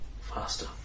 Faster